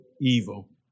evil